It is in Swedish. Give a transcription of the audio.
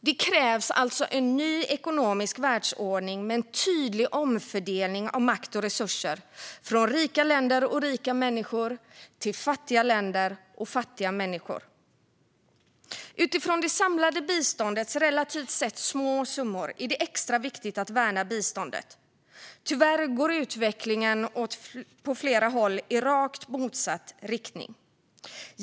Det krävs en ny ekonomisk världsordning med en tydlig omfördelning av makt och resurser från rika länder och rika människor till fattiga länder och fattiga människor. Utifrån det samlade biståndets relativt sett små summor är det extra viktigt att värna biståndet. Tyvärr går utvecklingen på flera håll i rakt motsatt riktning.